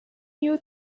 you